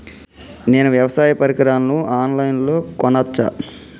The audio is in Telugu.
నేను వ్యవసాయ పరికరాలను ఆన్ లైన్ లో కొనచ్చా?